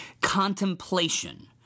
contemplation